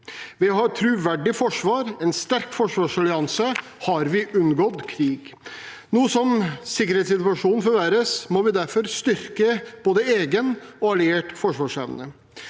Ved å ha et troverdig forsvar og en sterk forsvarsallianse har vi unngått krig. Nå som sikkerhetssituasjonen forverres, må vi derfor styrke både egen og alliert forsvarsevne.